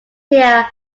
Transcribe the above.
here